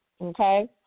Okay